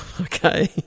Okay